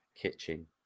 kitchen